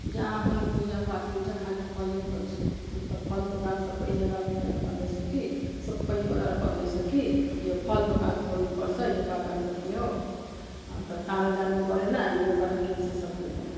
जहाँ पनि पूजापाठ हुन्छ खालि फलै खोज्छ अन्त फल दोकान सबैजना मिलेर भन्दैछु कि सबै परिवार भन्दैछ कि यो फल दोकान खोल्नुपर्छ यो बाग्राकोटमा हो अन्त टाढो जानुपरेन यहाँबाट किन्छ सबैजना